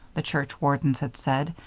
the church wardens had said,